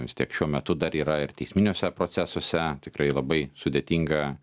vis tiek šiuo metu dar yra ir teisminiuose procesuose tikrai labai sudėtinga